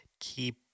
keep